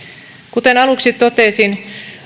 kuten aluksi totesin